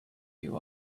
you